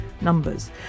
numbers